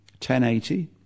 1080